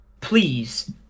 please